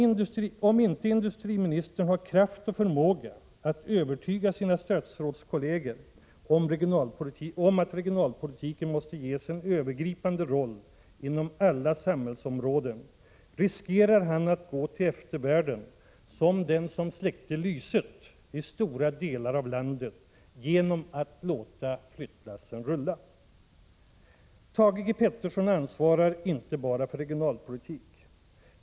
Om inte industriministern har kraft och förmåga att övertyga sina statsrådskolleger om att regionalpolitiken måste ges en övergripande roll inom alla samhällsområden, riskerar han att gå till eftervärlden som den som ”släckte lyset” i stora delar av landet genom att låta flyttlassen rulla. Thage Peterson ansvarar inte bara för regionalpolitik.